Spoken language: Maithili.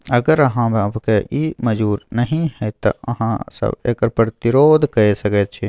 अगर अहाँ सभकेँ ई मजूर नहि यै तँ अहाँ सभ एकर प्रतिरोध कए सकैत छी